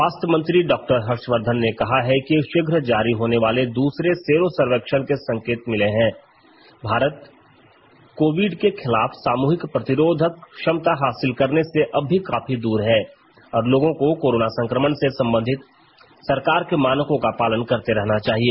स्वास्थ्य मंत्री डॉक्टर हर्षवर्धन ने कहा है कि शीघ्र जारी होने वाले दूसरे सेरो सर्वेक्षण से संकेत मिले हैं कि भारत कोविड के खिलाफ सामूहिक प्रतिरोधक क्षमता हासिल करने से अब भी काफी दूर है और लोगों को कोरोना संक्रमण से संबंधित सरकार के मानकों का पालन करते रहना चाहिए